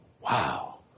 Wow